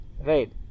right